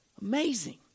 Amazing